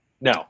No